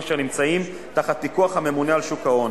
אשר נמצאים תחת פיקוח הממונה על שוק ההון,